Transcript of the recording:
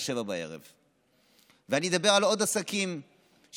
19:00. ואני אדבר על עוד עסקים שנמצאים,